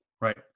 Right